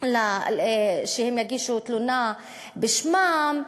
שתגיש תלונה בשמן?